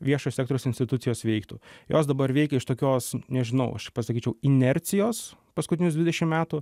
viešo sektoriaus institucijos veiktų jos dabar veikia iš tokios nežinau aš pasakyčiau inercijos paskutinius dvidešim metų